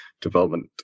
development